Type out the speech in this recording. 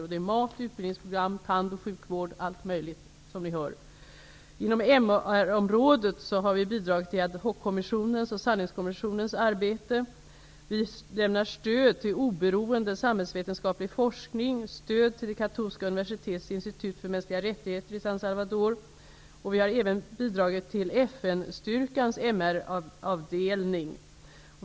Det gäller mat, utbildningsprogram och tand och sjukvård. Det gäller allt möjligt som ni hör. Inom MR-området har vi bidragit till Ad hockommissionens och Sanningskommissionens arbete. Vi lämnar stöd till oberoende samhällsvetenskaplig forskning och till det katolska universitetets institut för mänskliga rättigheter i San Salvador. Vi har även bidragit till FN-styrkans MR-avdelning.